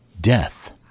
death